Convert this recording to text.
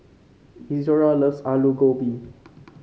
Izora loves Alu Gobi